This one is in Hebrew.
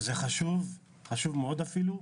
שזה חשוב, חשוב מאוד אפילו.